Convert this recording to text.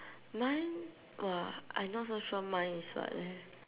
mine [wah] I not so sure mine is what leh